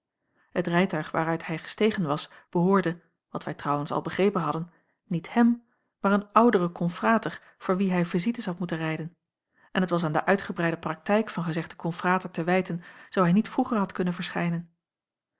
het rijtuig waaruit hij gestegen was behoorde wat wij trouwens al begrepen hadden niet hem maar een ouderen konfrater voor wien hij visites had moeten rijden en het was aan de uitgebreide praktijk van gezegden konfrater te wijten zoo hij niet vroeger had kunnen verschijnen